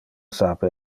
sape